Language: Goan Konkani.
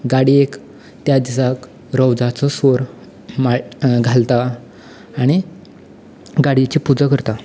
गाडयेक त्या दिसाक रोवजाचो फोर माळ घालता गाडयेची पुजा करता